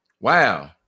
Wow